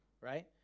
right